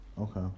Okay